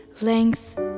length